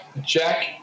jack